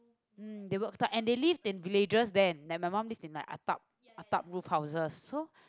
mm then work tough and they live in villagers then my mother lived in atap atap roof houses